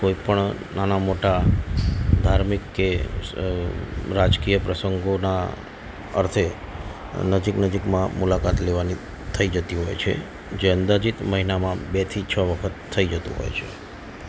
કોઈપણ નાના મોટા ધાર્મિક કે રાજકીય પ્રસંગોના અર્થે નજીક નજીકમાં મુલાકાત લેવાની થઈ જતી હોય છે જે અંદાજિત મહિનામાં બેથી છ વખત થઈ જતું હોય છે